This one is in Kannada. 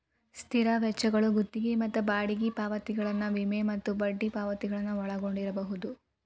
ಸ್ಥಿರ ವೆಚ್ಚಗಳು ಗುತ್ತಿಗಿ ಮತ್ತ ಬಾಡಿಗಿ ಪಾವತಿಗಳನ್ನ ವಿಮೆ ಮತ್ತ ಬಡ್ಡಿ ಪಾವತಿಗಳನ್ನ ಒಳಗೊಂಡಿರ್ಬಹುದು